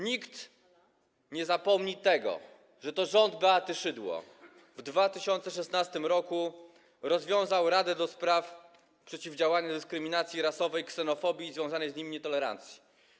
Nikt nie zapomni tego, że to rząd Beaty Szydło w 2016 r. rozwiązał Radę ds. Przeciwdziałania Dyskryminacji Rasowej, Ksenofobii i związanej z nimi Nietolerancji.